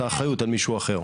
התמכרויות,